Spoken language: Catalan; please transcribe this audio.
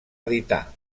editar